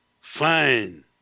fine